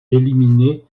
éliminée